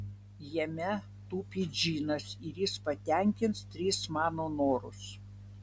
jame tupi džinas ir jis patenkins tris mano norus